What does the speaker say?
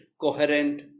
coherent